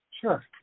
Sure